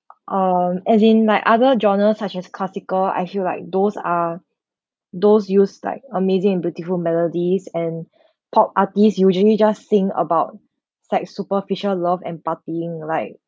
um as in like other genres such as classical I feel like those are those use like amazing and beautiful melodies and pop artist usually just sing about sex superficial love and partying like